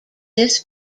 this